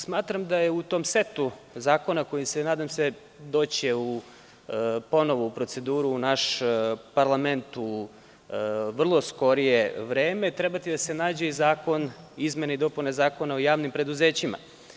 Smatram da će u tom setu zakona koji će, nadam se, doći ponovo u proceduru u naš parlament u vrlo skorije vreme, trebati da se nađu i izmene i dopune Zakona o javnim preduzećima.